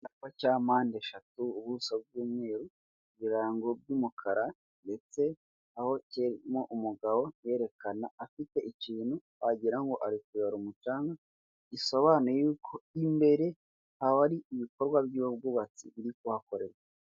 Icyapa cya mpandeshatu ubuso bw'umweru, birango by'umukara ndetse aho kirimo umugabo yerekana afite ikintu wagira ngo ari kuyora umucanga, gisobanuye yuko imbere haba ari ibikorwa by'ubwubatsi biri kuhakorwa.